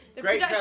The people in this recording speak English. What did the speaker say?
Great